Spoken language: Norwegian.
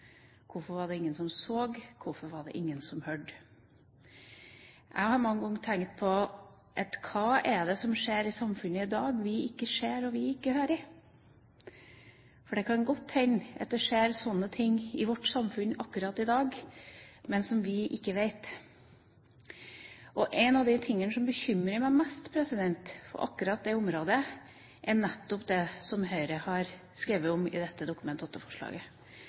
Hvorfor var det ingen som så? Og hvorfor var det ingen som hørte? Jeg har mange ganger tenkt på hva det er som skjer i samfunnet i dag som vi ikke ser, og som vi ikke hører. For det kan godt hende at det skjer slike ting i vårt samfunn akkurat i dag, men som vi ikke vet om. Noe av det som bekymrer meg mest på akkurat dette området, er nettopp det Høyre har skrevet om i dette Dokument